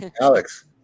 Alex